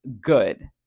good